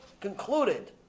concluded